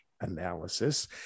analysis